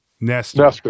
Nester